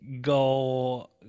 go